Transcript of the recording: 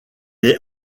est